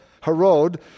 Herod